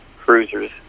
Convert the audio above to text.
cruisers